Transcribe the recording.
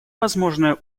возможные